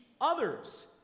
others